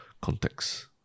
context